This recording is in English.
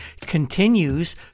continues